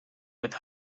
with